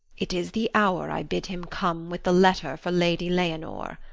it is the hour i bid him come with the letter for lady leonore.